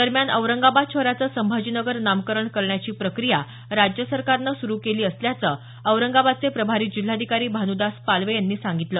दरम्यान औरंगाबाद शहराचं संभाजीनगर नामकरण करण्याची प्रक्रिया राज्य सरकारनं सुरू केली असल्याचं औरंगाबादचे प्रभारी जिल्हाधिकारी भानुदास पालवे यांनी सांगितलं